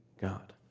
God